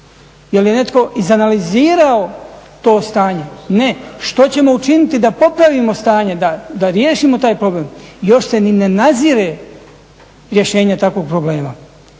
Je li netko izanalizirao to stanje? Ne. Što ćemo učiniti da popravimo stanje, da riješimo taj problem, još se ni ne nazire rješenje takvog problema.